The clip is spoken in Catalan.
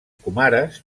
comares